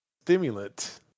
stimulant